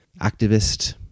activist